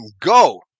Go